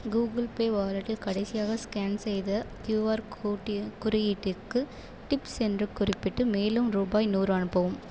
Google Pay வாலெட்டில் கடைசியாக scan செய்த கியூஆர் குறியீட்டிற்கு டிப்ஸ் என்று குறிப்பிட்டு மேலும் ரூபாய் நூறு அனுப்பவும்